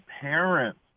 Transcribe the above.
parents